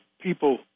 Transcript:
people